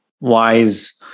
wise